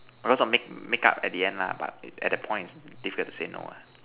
although some make make up at the end lah but at the point it's difficult to say no lah